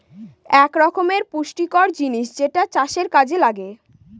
এক রকমের পুষ্টিকর জিনিস যেটা চাষের কাযে লাগে